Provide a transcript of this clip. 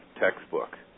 textbook